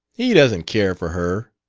he doesn't care for her,